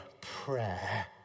prayer